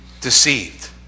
deceived